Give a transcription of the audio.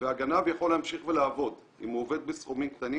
והגנב יכול להמשיך לעבוד אם הוא עובד בסכומים קטנים,